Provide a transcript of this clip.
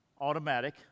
automatic